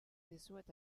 dizuet